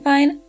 Fine